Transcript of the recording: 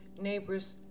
neighbors